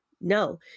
no